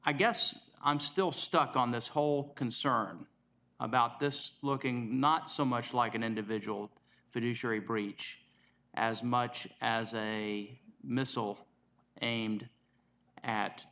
i guess i'm still stuck on this whole concern about this looking not so much like an individual fiduciary breach as much as a missile and at